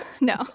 no